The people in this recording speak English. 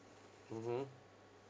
mmhmm